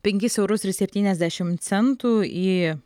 penkis eurus ir septyniasdešimt centų į